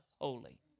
holy